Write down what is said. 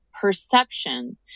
perception